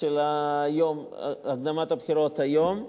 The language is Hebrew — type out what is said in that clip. של הקדמת הבחירות היום,